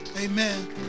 Amen